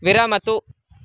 विरमतु